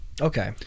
Okay